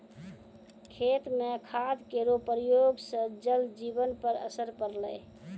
खेत म खाद केरो प्रयोग सँ जल जीवन पर असर पड़लै